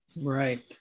Right